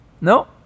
No